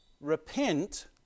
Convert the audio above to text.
repent